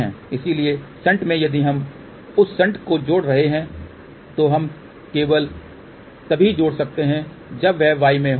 इसलिए शंट में यदि हम उस शंट को जोड़ रहे हैं तो हम केवल तभी जोड़ सकते हैं जब वह y में हो